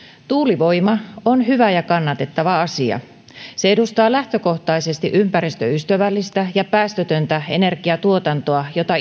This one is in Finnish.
tuulivoima on hyvä ja kannatettava asia se edustaa lähtökohtaisesti ympäristöystävällistä ja päästötöntä energiantuotantoa jota